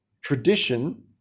tradition